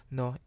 no